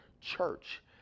church